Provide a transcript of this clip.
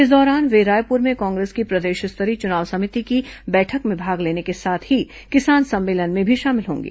इस दौरान वे रायपुर में कांग्रेस की प्रदेश स्तरीय चुनाव समिति की बैठक में भाग लेने के साथ ही किसान सम्मेलन में भी शामिल होंगे